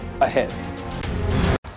ahead